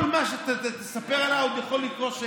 מה שאתה תספר עליה עוד יכול לקרות,